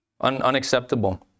Unacceptable